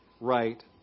right